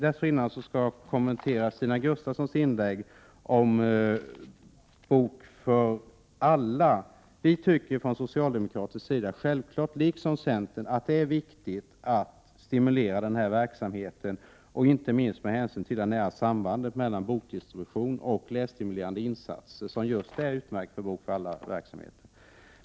Stina Gustavsson tog i sitt inlägg upp En bok för alla. Vi tycker från socialdemokratisk sida liksom centern självfallet att det är viktigt att stimulera den verksamheten, inte minst med hänsyn till det nära sambandet mellan bokdistribution och utmärkta lässtimulerande insatser som finns när det gäller just En bok för alla-verksamheten.